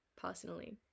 personally